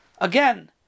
again